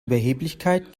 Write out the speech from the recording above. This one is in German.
überheblichkeit